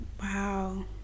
wow